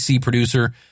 producer